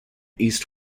east